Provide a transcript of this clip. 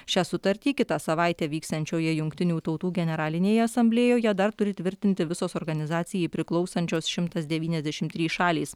šią sutartį kitą savaitę vyksiančioje jungtinių tautų generalinėje asamblėjoje dar turi tvirtinti visos organizacijai priklausančios šimtas devyniasdešimt trys šalys